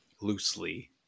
loosely